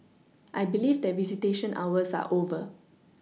I believe that visitation hours are over